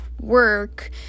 work